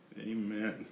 Amen